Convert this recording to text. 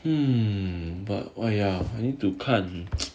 um but !aiya! I need to 看